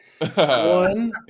one